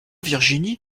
virginie